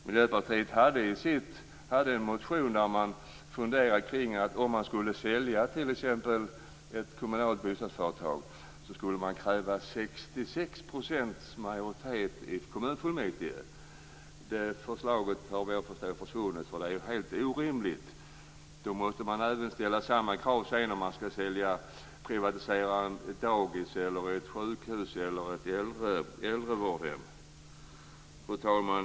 Miljöpartiet hade en motion om att det, om man t.ex. skulle sälja ett kommunalt bostadsföretag, skulle krävas 66 % majoritet i kommunfullmäktige. Det förslaget har vad jag förstår försvunnit, eftersom det är helt orimligt. Då måste samma krav även ställas när man skall privatisera ett dagis, ett sjukhus eller ett vårdhem för äldre. Fru talman!